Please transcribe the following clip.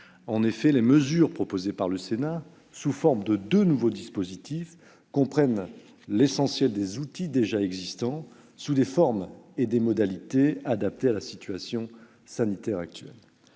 En effet, les mesures proposées par le Sénat, au travers de deux nouveaux dispositifs, comprenaient pour l'essentiel des outils déjà existants, sous des formes et des modalités adaptées à la situation sanitaire actuelle.